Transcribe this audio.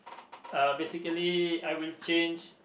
uh basically I will change